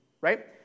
right